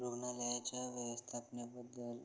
रुग्णालयाच्या व्यवस्थापनेबद्दल